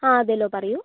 ആ അതെയല്ലൊ പറയൂ